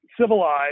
civilized